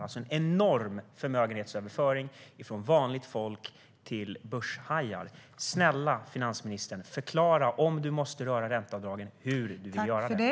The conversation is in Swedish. Det blir i så fall en enorm förmögenhetsöverföring från vanligt folk till börshajar. Snälla finansministern! Om du måste röra ränteavdragen, förklara hur du vill göra det!